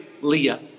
Leah